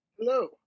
Hello